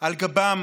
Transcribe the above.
על גבם